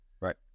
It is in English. Right